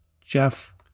Jeff